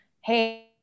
Hey